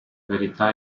verità